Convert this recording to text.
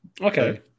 Okay